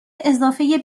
اضافی